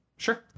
Sure